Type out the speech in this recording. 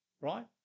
right